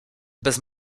bez